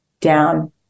down